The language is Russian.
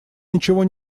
ничего